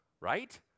right